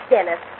Dennis